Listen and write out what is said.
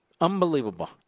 Unbelievable